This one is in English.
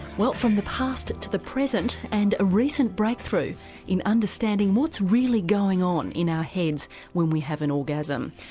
well, from the past to the present and a recent breakthrough in understanding what's really going on in our heads when we have an orgasm.